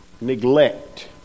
Neglect